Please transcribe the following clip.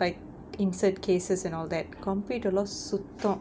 like insert cases and all that complete a lah சுத்தம்